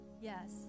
Yes